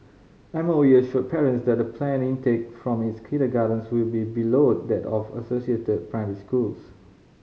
M O E assured parents that the planned intake from its kindergartens will be below that of the associated primary schools